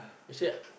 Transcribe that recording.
you said